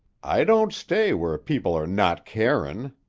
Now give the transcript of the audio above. i don't stay where people are not carin'